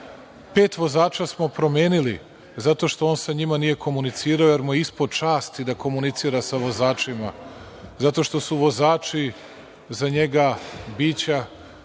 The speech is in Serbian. Pet vozača smo promenili zato što on sa njima nije komunicirao, jer mu je ispod časti da komunicira sa vozačima, zato što su vozači za njega bića